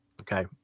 Okay